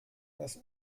das